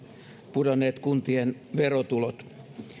pudonneet kuntien verotulot